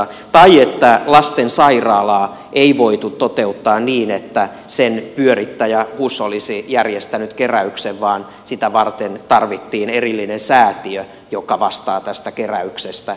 tai että lastensairaalaa ei voitu toteuttaa niin että sen pyörittäjä hus olisi järjestänyt keräyksen vaan sitä varten tarvittiin erillinen säätiö joka vastaa tästä keräyksestä